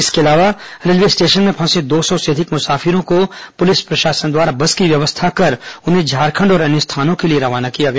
इसके अलावा railway station में फंसे दो सौ से अधिक मुसाफिरों को पुलिस प्रशासन द्वारा बस की व्यवस्था कर उन्हें झारखंड और अन्य स्थानों के लिए रवाना किया गया